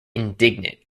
indignant